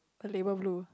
the label blue